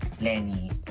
Lenny